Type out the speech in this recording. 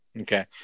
Okay